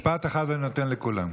משפט אחד אני נותן לכולם.